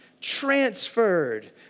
transferred